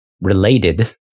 related